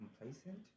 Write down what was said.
Complacent